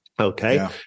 Okay